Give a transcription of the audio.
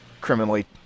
criminally